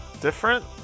different